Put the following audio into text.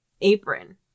apron